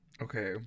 Okay